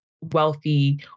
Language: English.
wealthy